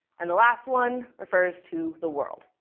and the last one refers to the world,